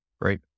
Great